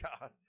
God